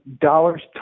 dollars